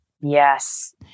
Yes